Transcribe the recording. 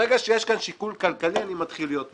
ברגע שיש כאן שיקול כלכלי אני מתחיל להיות מוטרד,